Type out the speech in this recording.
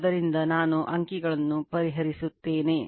ಆದ್ದರಿಂದ ನಾನು ಅಂಕಿಗಳನ್ನು ಪರಿಹರಿಸುತ್ತೇನೆ